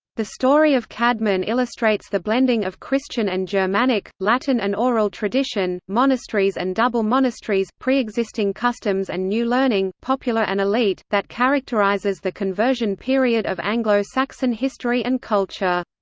the story of caedmon illustrates the blending of christian and germanic, latin and oral tradition, monasteries and double monasteries, pre-existing customs and new learning, popular and elite, that characterizes the conversion period of anglo-saxon history and culture.